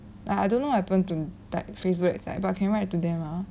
like I don't know what happen to like facebook that side but can write to them ah